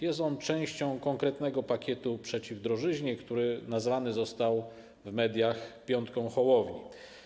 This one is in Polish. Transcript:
Jest on częścią konkretnego pakietu przeciw drożyźnie, który nazwany został w mediach piątką Hołowni.